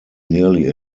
nearly